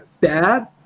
bad